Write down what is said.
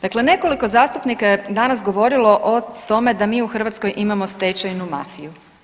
Dakle, nekoliko zastupnika je danas govorilo o tome da mi u Hrvatskoj imamo stečajnu mafiju.